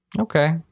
Okay